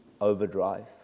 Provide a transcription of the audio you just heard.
overdrive